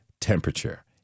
temperature